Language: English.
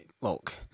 look